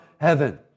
heaven